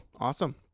awesome